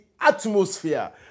atmosphere